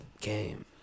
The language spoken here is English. game